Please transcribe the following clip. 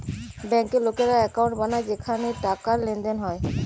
বেঙ্কে লোকেরা একাউন্ট বানায় যেখানে টাকার লেনদেন হয়